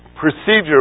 procedure